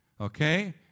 okay